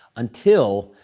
until